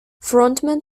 frontman